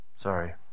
Sorry